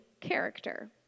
character